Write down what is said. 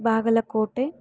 Bagalkot